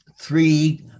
three